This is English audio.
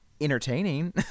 entertaining